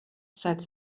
said